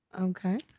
okay